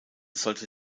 sollte